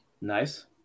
nice